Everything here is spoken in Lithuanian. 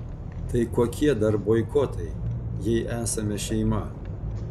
tai kokie dar boikotai jei esame šeima